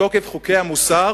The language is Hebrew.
בתוקף חוקי המוסר